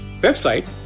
website